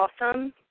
awesome